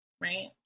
right